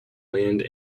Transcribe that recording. land